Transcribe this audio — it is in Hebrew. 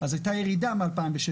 אז הייתה ירידה ב-2016.